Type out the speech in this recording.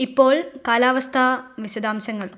ഇപ്പോൾ കാലാവസ്ഥാ വിശദാംശങ്ങൾ